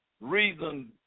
reason